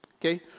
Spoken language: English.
Okay